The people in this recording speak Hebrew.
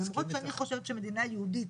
למרות שאני חושבת שמדינה יהודית